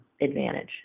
advantage